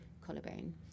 collarbone